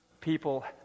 people